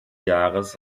jahres